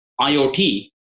IoT